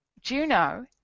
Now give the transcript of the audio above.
Juno